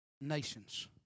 nations